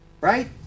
Right